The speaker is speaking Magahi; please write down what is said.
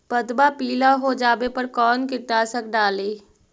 पतबा पिला हो जाबे पर कौन कीटनाशक डाली?